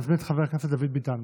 אני מזמין את חבר הכנסת דוד ביטן,